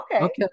okay